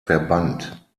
verbannt